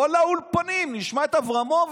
כל האולפנים, נשמע את אברמוביץ'